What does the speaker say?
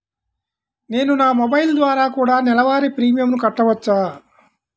నేను నా మొబైల్ ద్వారా కూడ నెల వారి ప్రీమియంను కట్టావచ్చా?